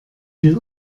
viel